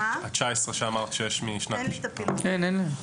אין לי את הפילוח.